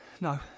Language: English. No